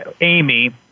Amy